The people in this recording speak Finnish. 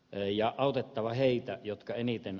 eija autettava heitä jotka eniten